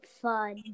fun